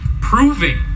proving